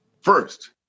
First